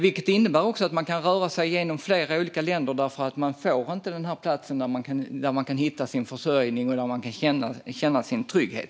Det innebär också att man kan röra sig genom flera länder för att komma till den plats där man kan hitta sin försörjning och känna trygghet.